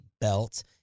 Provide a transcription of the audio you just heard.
Belt